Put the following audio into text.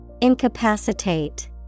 Incapacitate